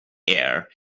air